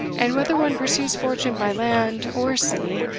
and whether one pursues fortune by land, or sea,